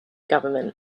government